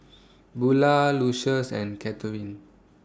Bula Lucious and Kathyrn